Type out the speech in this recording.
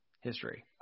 history